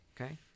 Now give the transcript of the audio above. Okay